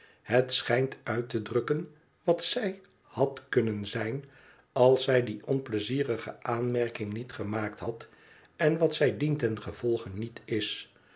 het schijnt uit te drukken wat zij had kunnen zijn als zij die onpleizierige aanmerking niet gemaakt had en wat zij dientengevolge niet is